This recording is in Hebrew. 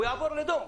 הוא יעבור לדום,